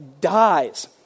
dies